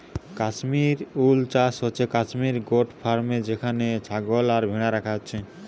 কাশ্মীর উল চাষ হচ্ছে কাশ্মীর গোট ফার্মে যেখানে ছাগল আর ভ্যাড়া রাখা হইছে